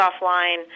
offline